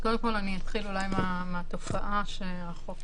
אני אתחיל בלהסביר את התופעה שהחוק